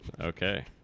okay